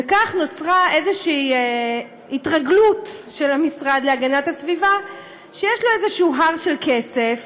וכך נוצרה איזושהי התרגלות של המשרד להגנת הסביבה שיש לו הר של כסף